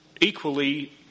equally